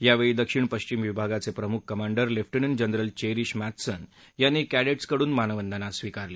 यावेळी दक्षिण पश्चिम विभागाचे प्रमुख commander lieutenant general Cherish Mathson यांनी कखिंट्सकडून मानवंदना स्विकारली